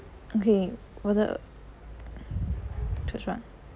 okay 我的 search what